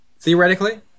theoretically